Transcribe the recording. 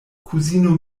kuzino